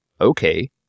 okay